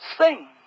sing